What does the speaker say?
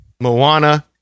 moana